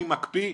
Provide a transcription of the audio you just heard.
אני מקפיא.